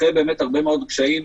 אחרי הרבה מאוד קשיים,